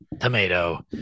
Tomato